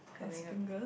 has fingers